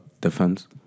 defense